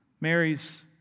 Mary's